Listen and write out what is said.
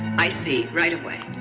i see. right away